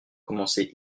commencé